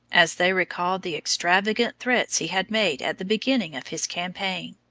as they recalled the extravagant threats he had made at the beginning of his campaign.